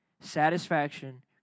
Satisfaction